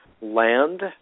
land